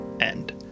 end